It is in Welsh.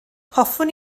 hoffwn